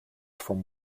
from